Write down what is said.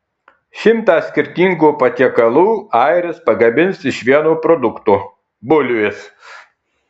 šimtą skirtingų patiekalų airis pagamins iš vieno produkto bulvės